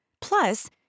Plus